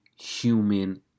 human